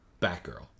Batgirl